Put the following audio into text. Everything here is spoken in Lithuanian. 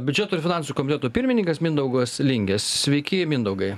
biudžeto ir finansų komiteto pirmininkas mindaugas lingė sveiki mindaugai